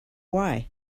why